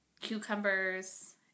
cucumbers